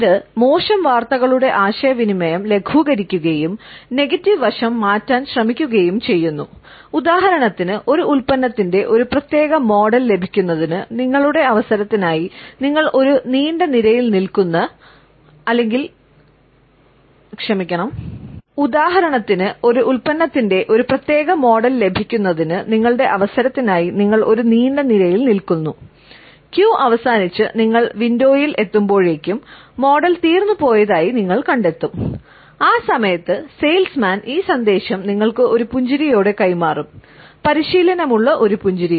ഇത് മോശം വാർത്തകളുടെ ആശയവിനിമയം ലഘൂകരിക്കുകയും നെഗറ്റീവ് ഈ സന്ദേശം നിങ്ങൾക്ക് ഒരു പുഞ്ചിരിയോടെ കൈമാറും പരിശീലനം ഉള്ള പുഞ്ചിരി